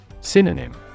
Synonym